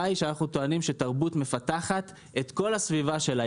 אנחנו טוענים שתרבות מפתחת את כל הסביבה שלה.